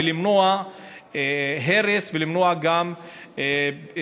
ולמנוע הרס ולמנוע גם פגיעה,